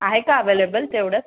आहे का अव्हेलेबल तेवढ्यात